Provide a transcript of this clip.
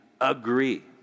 agree